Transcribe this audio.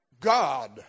God